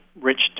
rich